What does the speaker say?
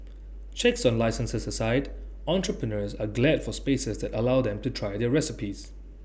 checks on licences aside entrepreneurs are glad for spaces that allow them to try their recipes